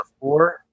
four